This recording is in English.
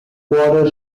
quarter